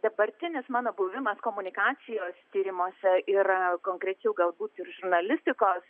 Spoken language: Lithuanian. dabartinis mano buvimas komunikacijos tyrimuose yra konkrečiau galbūt ir žurnalistikos